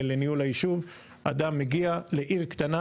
לניהול היישוב אדם מגיע לעיר קטנה,